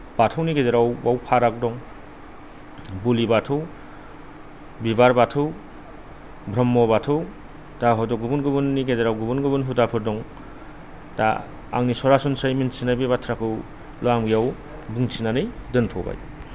बाथौनि गेजेराव बेयाव फाराग दं बोलि बाथौ बिबार बाथौ ब्रह्म बाथौ दा हयत' गुबुन गुबुननि गेजेराव गुबुन गुबुन हुदाफोर दं दा आंनि सरासनस्रायै मिन्थिनाय बे बाथ्राखौल' आं बेयाव बुंथिनानै दोन्थ'बाय